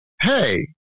hey